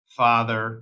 father